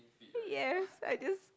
yes I just